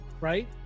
right